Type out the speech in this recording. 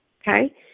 Okay